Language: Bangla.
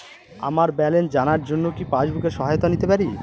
আমার ব্যালেন্স জানার জন্য কি পাসবুকের সহায়তা নিতে পারি?